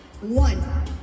One